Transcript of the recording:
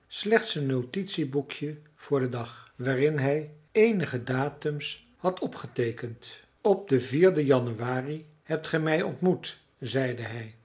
slechts een notitieboekje voor den dag waarin hij eenige datums had opgeteekend op den den januari hebt gij mij ontmoet zeide hij